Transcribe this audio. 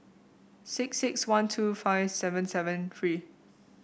six six one two five seven seven three